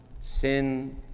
sin